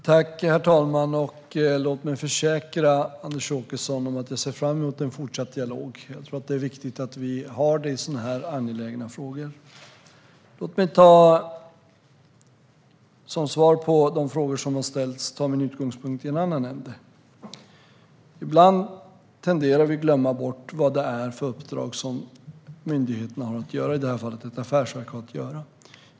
Herr talman! Låt mig försäkra Anders Åkesson om att jag ser fram emot en fortsatt dialog. Jag tror att det är viktigt att vi har det i sådana här angelägna frågor. Som svar på de frågor som har ställts vill jag ta min utgångspunkt i en annan ände. Ibland tenderar vi att glömma bort vilket uppdrag myndigheterna har, och i detta fall gäller det vad ett affärsverk har att göra.